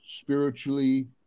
spiritually